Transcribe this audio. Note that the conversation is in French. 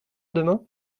demain